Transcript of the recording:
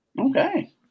Okay